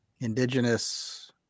indigenous